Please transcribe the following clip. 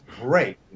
great